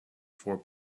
four